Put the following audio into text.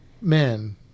men